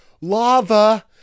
lava